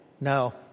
no